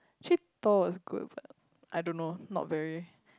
actually Tall was good but I don't know not very